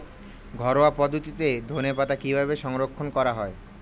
ঘরোয়া পদ্ধতিতে ধনেপাতা কিভাবে সংরক্ষণ করা হয়?